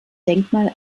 denkmal